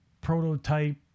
prototype